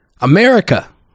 america